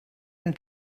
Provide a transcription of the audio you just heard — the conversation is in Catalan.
amb